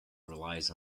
relies